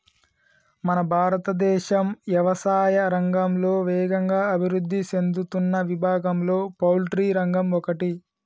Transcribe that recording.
మన భారతదేశం యవసాయా రంగంలో వేగంగా అభివృద్ధి సేందుతున్న విభాగంలో పౌల్ట్రి రంగం ఒకటి